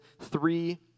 three